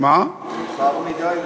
מאוחר מדי ומעט מדי.